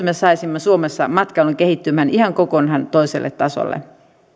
me saisimme suomessa matkailun kehittymään ihan kokonaan toiselle tasolle